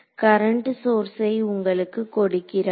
current சோர்ஸை உங்களுக்கு கொடுக்கிறார்கள்